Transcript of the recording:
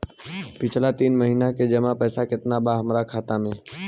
पिछला तीन महीना के जमा पैसा केतना बा हमरा खाता मे?